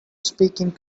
speaking